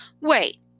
Wait